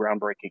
groundbreaking